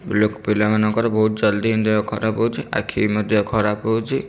ଲୋକ୍ ପିଲାମାନଙ୍କର ବହୁତ ଜଲଦି ଦେହ ଖରାପ ହଉଛି ଆଖି ବି ମଧ୍ୟ ଖରାପ ହଉଛି